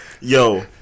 Yo